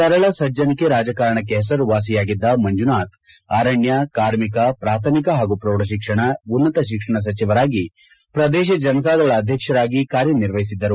ಸರಳ ಸಜ್ಜನಿಕೆ ರಾಜಕಾರಣಕ್ಕೆ ಹೆಸರುವಾಸಿಯಾಗಿದ್ದ ಮಂಜುನಾಥ್ ಅರಣ್ಯ ಕಾರ್ಮಿಕ ಪ್ರಾಥಮಿಕ ಹಾಗೂ ಪ್ರೌಡಶಿಕ್ಷಣ ಉನ್ನತ ಶಿಕ್ಷಣ ಸಚಿವರಾಗಿ ಪ್ರದೇಶ ಜನತಾದಳ ಅಧ್ಯಕ್ಷರಾಗಿ ಕಾರ್ಯನಿರ್ವಹಿಸಿದ್ದರು